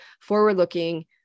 Forward-looking